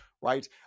right